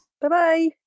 Bye-bye